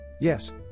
Yes